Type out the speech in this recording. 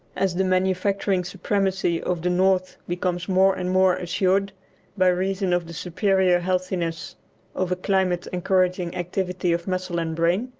as the manufacturing supremacy of the north becomes more and more assured by reason of the superior healthiness of a climate encouraging activity of muscle and brain,